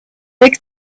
big